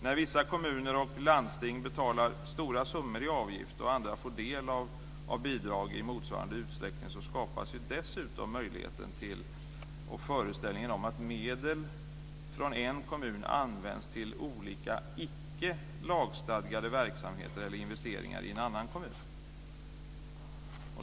När vissa kommuner och landsting betalar stora summor i avgift och andra får del av bidrag i motsvarande utsträckning skapas dessutom möjligheten och föreställningen att medel från en kommun används till olika icke lagstadgade verksamheter eller investeringar i en annan kommun.